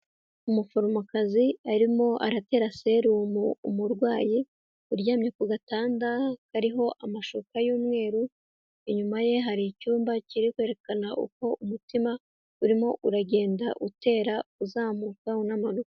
Umuforomokazi arimo aratera serumu umurwayi uryamye ku gatanda kariho amashuka y'umweru, inyuma ye hari icyumba kiri kwerekana uko umutima urimo uragenda utera uzamuka unamanuka.